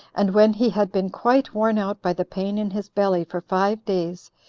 and when he had been quite worn out by the pain in his belly for five days,